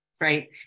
right